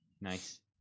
Nice